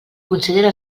considera